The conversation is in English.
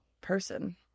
person